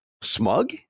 smug